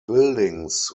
buildings